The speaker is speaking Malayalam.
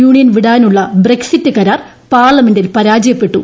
യൂണിയൻ വിടാനുളള ബ്രെക്സിറ്റ് കരാർ പാർലമെന്റിൽ പരാജയപ്പെട്ടു